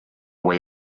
way